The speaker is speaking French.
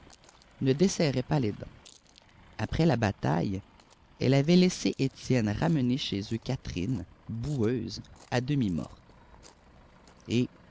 ne desserrait pas les dents après la bataille elle avait laissé étienne ramener chez eux catherine boueuse à demi morte et